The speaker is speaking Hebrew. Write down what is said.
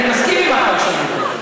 אני באמת מסכים לפרשנות הזאת,